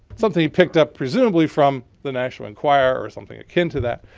something he picked up presumably from the national enquirer or something akin to that.